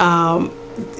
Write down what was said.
and